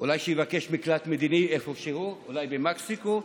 אולי שיבקש מקלט מדיני איפשהו, אולי במקסיקו.